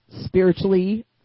spiritually